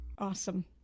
Awesome